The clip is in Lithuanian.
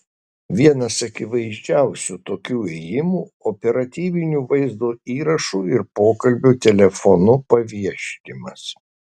vienas akivaizdžiausių tokių ėjimų operatyvinių vaizdo įrašų ir pokalbių telefonu paviešinimas